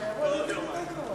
אמרתי, שיבוא לעתים יותר קרובות.